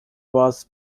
was